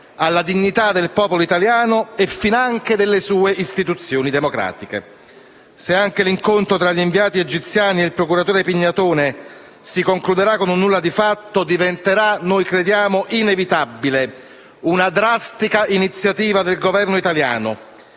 alla dignità del popolo italiano e finanche delle sue istituzioni democratiche. Se anche l'incontro tra gli inviati egiziani e il procuratore Pignatone si concluderà con un nulla di fatto diventerà - crediamo - inevitabile una drastica iniziativa del Governo italiano,